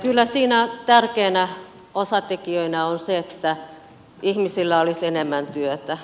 kyllä siinä tärkeänä osatekijänä on se että ihmisillä olisi enemmän työtä